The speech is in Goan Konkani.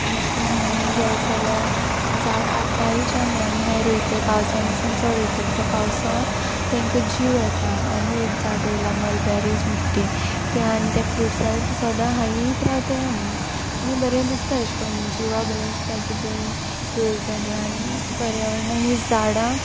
आनी अेशकोन्न हुंयी गेल जाल्यार झाड हाडटायीच आमी आनी मागी रोयताय पावसा दिसान चोड रोयताय कित्याक पावसां तेंक जीव येता आनी एक झाड रोयलां मलबेरीज म्हूट तीं तें आनी तेक फ्रूट्स जाताय तीं सोदां हायीत रावताय आमी आनी बरें दिसता अेशकोन्न जिवा बरें दिसता कितें रोयल जाल्यार आनी पर्यावरणांत ही झाडां